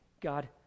God